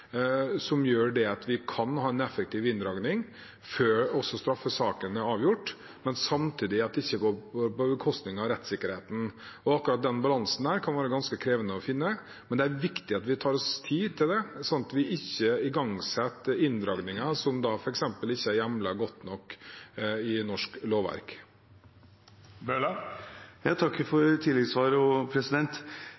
effektiv inndragning før straffesaken er avgjort, men slik at det samtidig ikke går på bekostning av rettssikkerheten. Akkurat den balansen kan være ganske krevende å finne. Men det er viktig at vi tar oss tid til det, slik at vi ikke setter i gang inndragninger som f.eks. ikke er hjemlet godt nok i norsk lovverk. Jeg takker også for